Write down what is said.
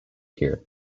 here